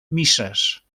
misses